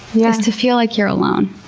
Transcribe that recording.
yeah to feel like you're alone.